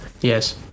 Yes